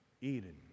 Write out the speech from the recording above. Eden